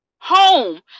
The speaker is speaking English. home